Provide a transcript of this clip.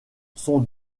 son